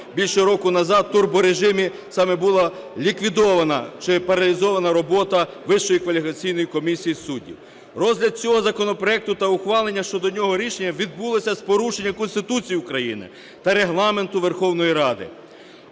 більше року назад в турборежимі саме була ліквідована чи паралізована робота Вищої кваліфікаційної комісії суддів. Розгляд цього законопроекту та ухвалення щодо нього рішення відбулося з порушенням Конституції України та Регламенту Верховної Ради,